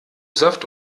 saft